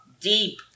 deep